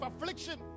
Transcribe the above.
affliction